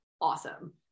awesome